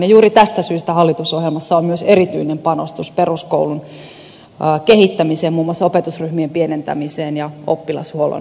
juuri tästä syystä hallitusohjelmassa on myös erityinen panostus peruskoulun kehittämiseen muun muassa opetusryhmien pienentämiseen ja oppilashuollon parantamiseen